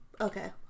Okay